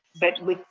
but with,